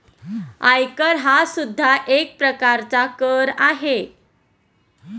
आयकर हा सुद्धा एक प्रकारचा कर आहे